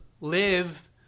live